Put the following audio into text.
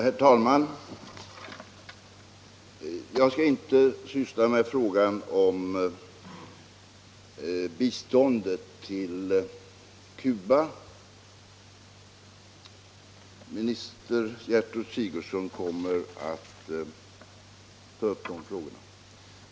Herr talman! Jag skall inte syssla med biståndet till Cuba. De frågorna kommer biståndsministern Getrud Sigurdsen att ta upp.